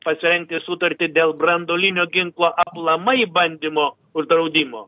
pasirengti sutartį dėl branduolinio ginklo aplamai bandymo uždraudimo